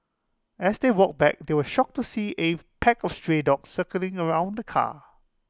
as they walked back they were shocked to see A pack of stray dogs circling around the car